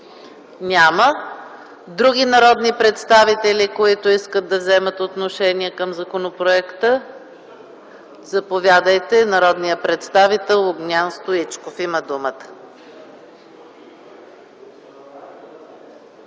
Няма. Други народни представители, които желаят да вземат отношение към законопроекта? Заповядайте – народният представител Огнян Стоичков има думата.